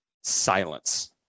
silence